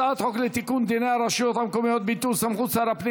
הצעת חוק לתיקון דיני הרשויות המקומיות (ביטול סמכות שר הפנים